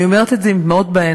אני אומרת את זה עם דמעות בעיניים.